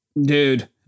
Dude